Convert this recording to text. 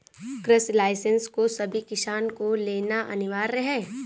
कृषि लाइसेंस को सभी किसान को लेना अनिवार्य है